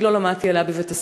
אני לא למדתי עליה בבית-הספר,